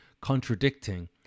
contradicting